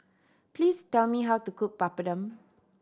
please tell me how to cook Papadum